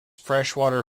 freshwater